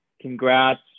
congrats